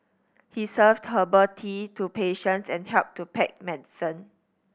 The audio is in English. he served herbal tea to patients and helped to pack medicine